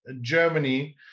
Germany